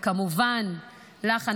וכמובן לך,